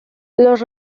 los